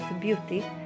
beauty